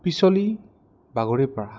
পিছলি বাগৰি পৰা